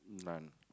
none